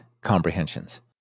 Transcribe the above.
comprehensions